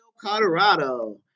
Colorado